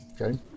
Okay